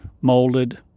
molded